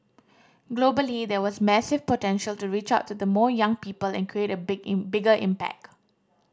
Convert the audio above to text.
globally there was massive potential to reach out to the more young people and create a big in bigger impact